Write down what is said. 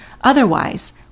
Otherwise